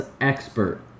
expert